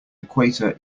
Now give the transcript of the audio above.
equator